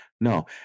No